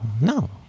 no